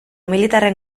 militarren